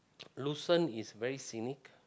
Lausanne is very scenic